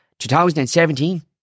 2017